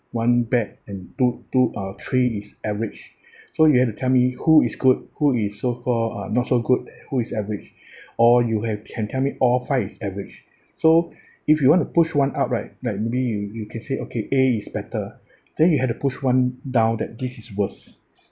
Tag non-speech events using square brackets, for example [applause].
one bad and two two uh three is average [breath] so you have to tell me who is good who is so-called uh not so good who is average [breath] or you have can tell me all five is average so [breath] if you want to push one up right like maybe you you can say okay a is better then you have to push one down that this is worse